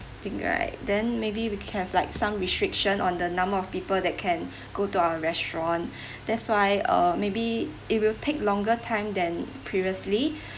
thing right then maybe we can have like some restriction on the number of people that can go to our restaurant that's why uh maybe it will take longer time than previously